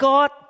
God